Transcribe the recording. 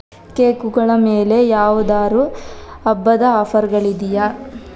ಕೇಕುಗಳ ಮೇಲೆ ಯಾವ್ದಾದ್ರು ಹಬ್ಬದ ಆಫರ್ಗಳಿದೆಯಾ